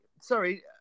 sorry